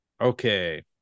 Okay